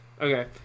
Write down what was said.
Okay